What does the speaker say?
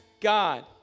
God